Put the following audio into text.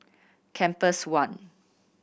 Compass One